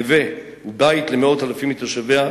נווה ובית למאות אלפים מתושביה",